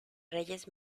reyes